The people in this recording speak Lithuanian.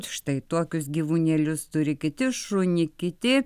štai tokius gyvūnėlius turi kiti šunį kiti